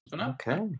Okay